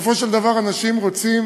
בסופו של דבר אנשים רוצים